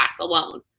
alone